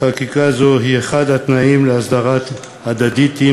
חקיקה זו היא אחד התנאים להסדרה הדדית עם